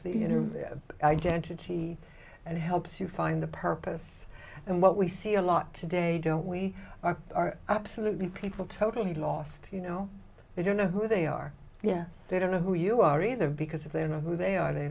inner identity and helps you find the purpose and what we see a lot today don't we are are absolutely people totally lost you know they don't know who they are yeah they don't know who you are either because of the you know who they are they